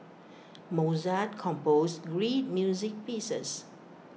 Mozart composed great music pieces